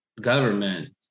government